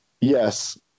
yes